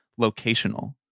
locational